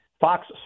Fox